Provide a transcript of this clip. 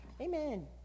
amen